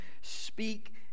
speak